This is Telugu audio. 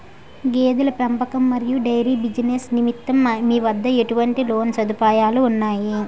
గేదెల పెంపకం మరియు డైరీ బిజినెస్ నిమిత్తం మీ వద్ద ఎటువంటి లోన్ సదుపాయాలు ఉన్నాయి?